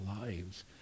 lives